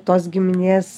tos giminės